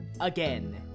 Again